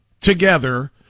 together